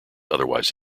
otherwise